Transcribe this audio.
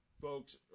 Folks